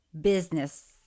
business